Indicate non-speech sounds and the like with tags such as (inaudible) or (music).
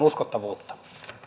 (unintelligible) uskottavuutta